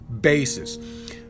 basis